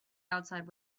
outside